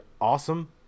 awesome